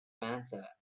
panther